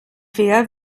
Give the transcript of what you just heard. wer